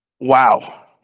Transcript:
Wow